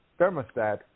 thermostat